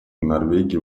норвегии